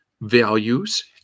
values